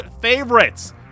favorites